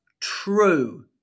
true